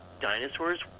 dinosaurs